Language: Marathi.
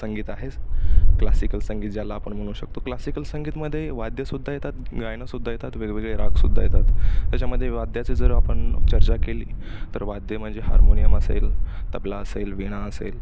संगीत आहेच क्लासिकल संगीत ज्याला आपण म्हणू शकतो क्लासिकल संगीतामध्ये वाद्य सुद्धा येतात गायनं सुद्धा येतात वेगवेगळे राग सुद्धा येतात त्याच्यामध्ये वाद्याची जर आपण चर्चा केली तर वाद्य म्हणजे हार्मोनियम असेल तबला असेल वीणा असेल